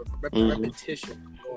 repetition